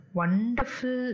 wonderful